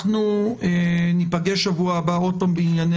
אנחנו ניפגש בשבוע הבא עוד פעם בענייני